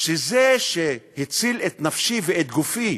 שזה שהציל את נפשי ואת גופי,